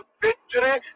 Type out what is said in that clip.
victory